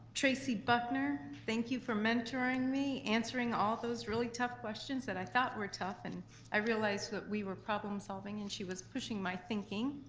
tracy buckner, thank you for mentoring me, answering all those really tough questions that i thought were tough, and i realized that we were problem solving, and she was pushing my thinking.